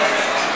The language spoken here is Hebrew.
טוב.